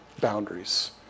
boundaries